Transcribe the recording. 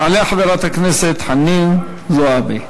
תעלה חברת הכנסת חנין זועבי,